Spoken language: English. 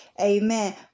Amen